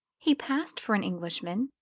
he passed for an englishman,